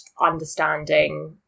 understanding